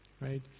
right